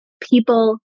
people